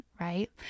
right